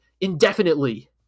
indefinitely